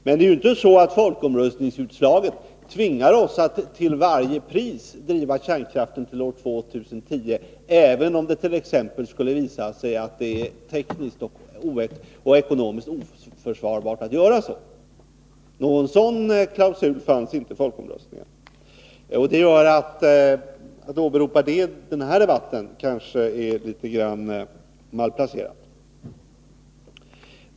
Men det är ju inte så att folkomröstningsutslaget tvingar oss att till varje pris driva kärnkraftverken till år 2010, om det t.ex. skulle visa sig att det är tekniskt och ekonomiskt oförsvarligt att göra så. Någon sådan klausul fanns inte med i folkomröstningen. Att åberopa det i denna debatt är därför kanske litet malplacerat.